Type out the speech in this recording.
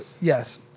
yes